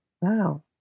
Wow